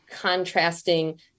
contrasting